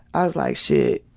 i was like, shit.